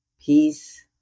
peace